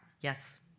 Yes